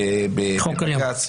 מחלוקת.